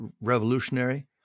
revolutionary